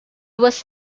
was